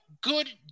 good